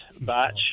batch